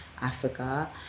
africa